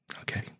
okay